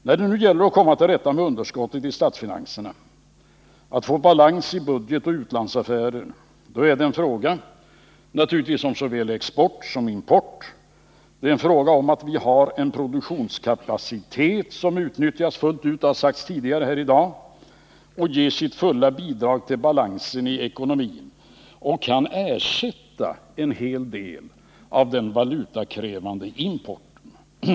När det gäller att komma till rätta med underskottet i statsfinanserna, att få balans i budget och utlandsaffärer, är det naturligtvis fråga om såväl export som import. Det är fråga om att vi har en produktionskapacitet som utnyttjas fullt ut — det har sagts tidigare här i dag — och ger sitt fulla bidrag till balansen i ekonomin och kan ersätta en hel del av den valutakrävande importen.